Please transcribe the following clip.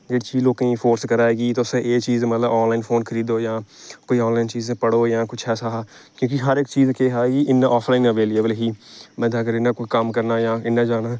जेह्ड़ी चीज लोकें गी फोर्स करै कि तुस एह् चीज मतलब आनलाइन फोन खरोदो जां कोई आनलाइन चीज पढ़ो जां कुछ ऐसा हा क्योंकि हर इक चीज केह् हा कि इ'यां आफलाइन ही अवेलवेल ही मतलब अगर इ'यां कोई कम्म करना जां इ'यां जाना